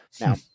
Now